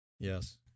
Yes